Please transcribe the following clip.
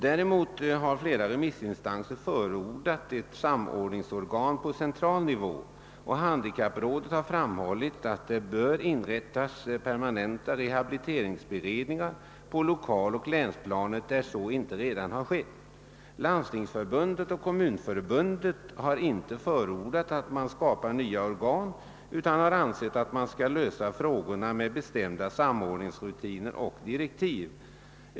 Däremot har flera remissinstanser förordat ett samordningsorgan på central nivå, och handikapprådet har framhållit att det bör inrättas permanenta rehabiliteringsberedningar på 1okaloch länsplanet där det inte redan har skett. Landstingsförbundet och Kommunförbundet har inte förordat att man skapar nya organ utan har ansett att man bör kunna lösa frågorna med bestämda samordningsrutiner och direktiv.